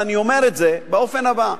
ואני אומר את זה באופן הבא: